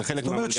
זה חלק מהמנגנון.